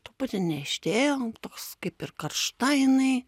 truputį niežtėjo toks kaip ir karšta jinai